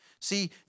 See